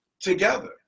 together